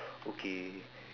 okay